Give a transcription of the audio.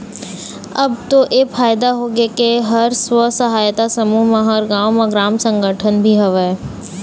अब तो ऐ फायदा होगे के हर स्व सहायता समूह म हर गाँव म ग्राम संगठन भी हवय